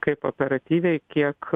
kaip operatyviai kiek